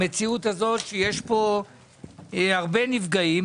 המציאות הזאת, שיש פה הרבה נפגעים.